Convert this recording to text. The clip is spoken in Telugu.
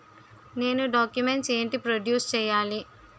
నేను డాక్యుమెంట్స్ ఏంటి ప్రొడ్యూస్ చెయ్యాలి?